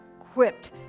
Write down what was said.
equipped